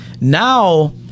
Now